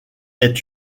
est